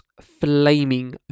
flaming